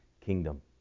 kingdom